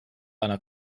einer